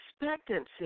expectancy